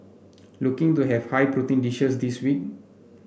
looking to have high protein dishes this week